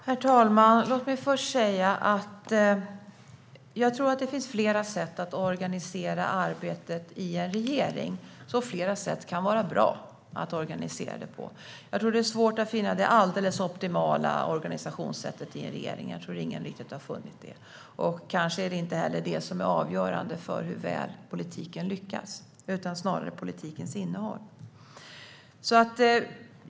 Herr talman! Det finns flera sätt att organisera arbetet i en regering, och jag tror att flera sätt kan vara bra. Det är svårt att finna det alldeles optimala organisationssättet i en regering. Jag tror att ingen riktigt har funnit det. Kanske är det inte heller det, utan snarare politikens innehåll, som är avgörande för hur väl politiken lyckas.